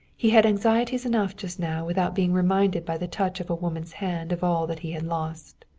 he had anxieties enough just now without being reminded by the touch of a woman's hand of all that he had lost.